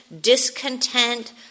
discontent